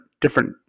different